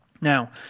Now